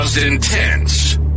intense